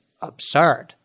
absurd